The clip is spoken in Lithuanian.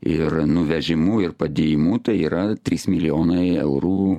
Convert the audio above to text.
ir nuvežimu ir padėjimu tai yra trys milijonai eurų